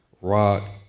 rock